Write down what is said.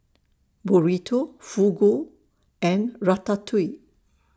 Burrito Fugu and Ratatouille